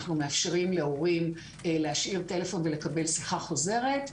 אנחנו מאפשרים להורים להשאיר טלפון ולקבל שיחה חוזרת.